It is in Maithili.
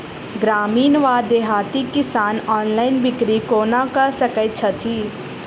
ग्रामीण वा देहाती किसान ऑनलाइन बिक्री कोना कऽ सकै छैथि?